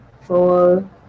four